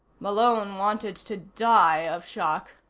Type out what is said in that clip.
malone wanted to die of shock.